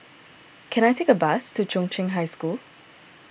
can I take a bus to Chung Cheng High School